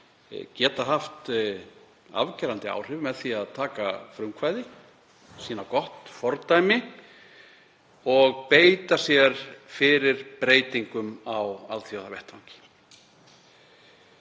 geta haft afgerandi áhrif með því að taka frumkvæði, sýna gott fordæmi og beita sér fyrir breytingum á alþjóðavettvangi.